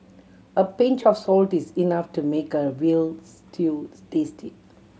a pinch of salty is enough to make a veal stew tasty